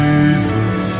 Jesus